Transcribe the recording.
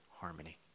harmony